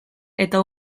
eta